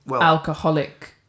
alcoholic